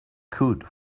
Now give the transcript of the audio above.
could